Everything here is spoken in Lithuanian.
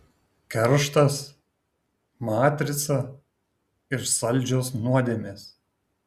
kerštas matrica ir saldžios nuodėmės